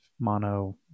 mono